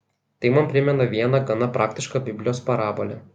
tai man primena vieną gana praktišką biblijos parabolę